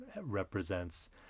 represents